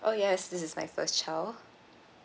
oh yes this is my first child